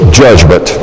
judgment